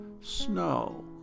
snow